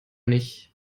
nicht